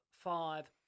five